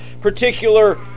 particular